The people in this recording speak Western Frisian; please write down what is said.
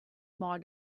mei